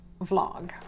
vlog